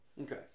Okay